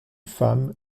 femme